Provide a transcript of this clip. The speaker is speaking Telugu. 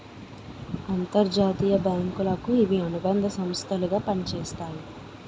అంతర్జాతీయ బ్యాంకులకు ఇవి అనుబంధ సంస్థలు గా పనిచేస్తాయి